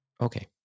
Okay